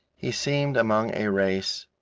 he seemed among a race